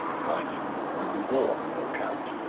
but when war broke out,